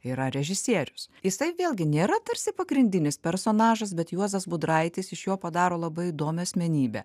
yra režisierius jisai vėlgi nėra tarsi pagrindinis personažas bet juozas budraitis iš jo padaro labai įdomią asmenybę